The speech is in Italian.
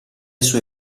sue